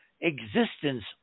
existence